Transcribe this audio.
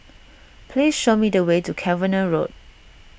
please show me the way to Cavenagh Road